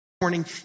Morning